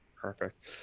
Perfect